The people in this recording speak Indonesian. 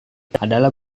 adalah